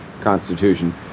constitution